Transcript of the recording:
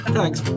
thanks